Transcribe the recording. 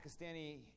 Pakistani